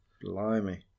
Blimey